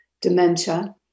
dementia